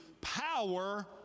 power